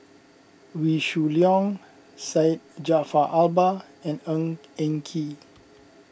Wee Shoo Leong Syed Jaafar Albar and Ng Eng Kee